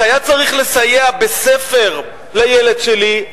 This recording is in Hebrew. כשהיה צריך לסייע בספר לילד שלי,